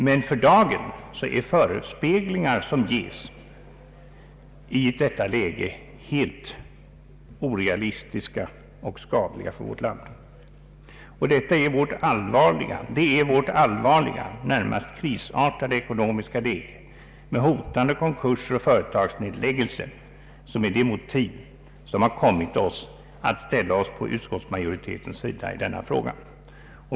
Men för dagen är förespeglingar som ges i detta hänseende helt orealistiska och skadliga för vårt land. Det är vårt allvarliga, närmast krisartade ekonomiska läge med hotande konkurser och företagsnedläggelser som är motivet till att herr Regnéll och jag kommit att ställa oss på utskottsmajoritetens sida.